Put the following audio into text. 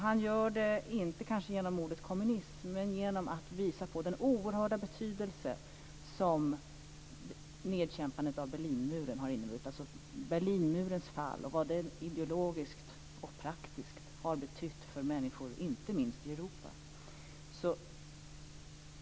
Han gör det kanske inte genom ordet kommunism, men genom att visa på den oerhörda betydelse som nedkämpandet av Berlinmuren har inneburit. Han nämner Berlinmurens fall och vad det ideologiskt och praktiskt har betytt för människor, inte minst i Europa.